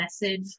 message